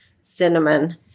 cinnamon